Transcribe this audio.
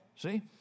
See